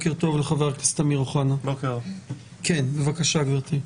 בבקשה, גברתי.